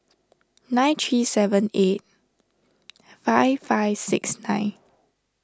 nine three seven eight five five six nine